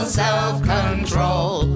self-control